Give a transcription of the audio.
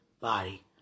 body